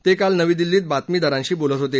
ते काल नवी दिल्लीत बातमीदारांशी बोलत होते